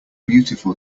beautiful